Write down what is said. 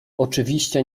oczywiście